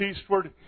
eastward